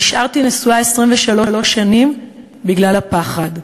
נשארתי נשואה 23 שנה בגלל הפחד.